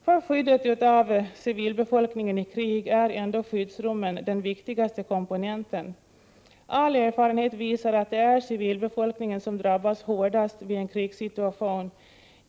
För skyddet av civilbefolkningen i krig är skyddsrummen den viktigaste komponenten. All erfarenhet visar att det är civilbefolkningen som drabbas hårdast vid en krigssituation.